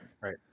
right